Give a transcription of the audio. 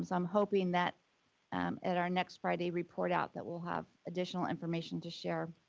i'm hoping that at our next friday report out, that we'll have additional information to share.